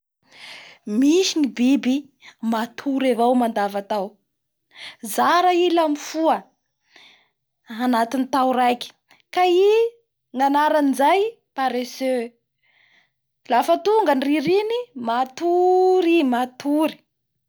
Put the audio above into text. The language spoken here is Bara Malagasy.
Misy ny biby matory avo mandavatao zara i laha mifoha, anatin'ny tao raiky ka i ny anaran'izay Paresseux afa tonga ny ririny matory i, matory.